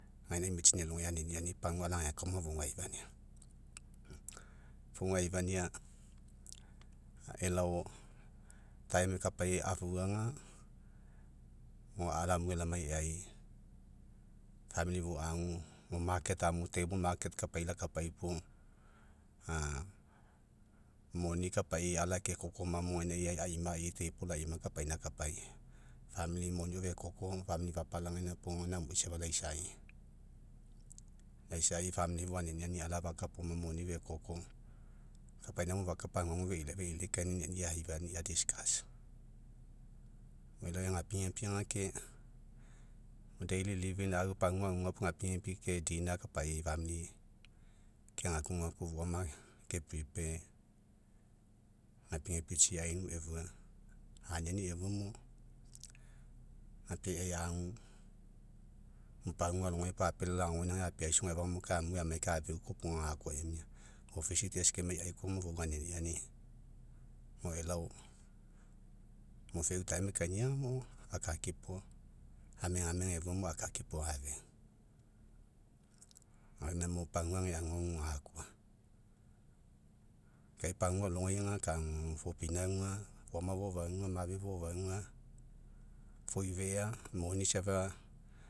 Gaina mitsini alogai aniniani, pagua ala'akaoma, fouga aifania, fouga aifania elao kapai afuaga. lamue lamai eai. fou agu. Mo amu kapai lakai puo, moni kapai ala kekoko oma, mo ainmai aima, kapana akapai. moni fekoko fapalagaina puo, gaina amui safa laisai. Laisai fou aninani, alafakapaoma moni fekoko, kapaina mo fakapa, aguagu feilikae niniani'i aifania, elao egapigapi ge ke pagua aguga puo, gapigapi ke akapai kegakugaku, foama ke gapigapi tsi ainu efua, aniani efuamo, gapiai eai agu, pagua alogai, pua apelai agoainaegai apeaisoge afagamo lai amue kai afeu akoaopoga gakoa emia. O kemai eai koama, fou aniniani, mo elao, mo feu ekainia ga mo, akakipo amegamega efua mo, akakipo afeu. Gainamo pagua ega aguagu, gakoa. Kai pagua fopinauga foama fofauga, mafefofaga, foifea, moni safa.